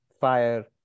fire